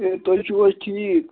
ہے تُہۍ چھُو حظ ٹھیٖک